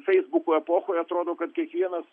feisbuko epochoje atrodo kad kiekvienas